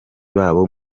babo